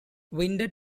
winter